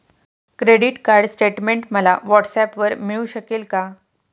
Credit card statement मला व्हॉट्सऍपवर मिळू शकेल का?